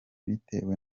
bitewe